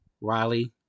Riley